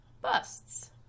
busts